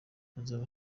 hazaba